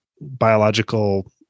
Biological